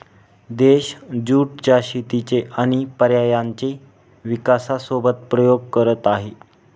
देश ज्युट च्या शेतीचे आणि पर्यायांचे विकासासोबत प्रयोग करत आहे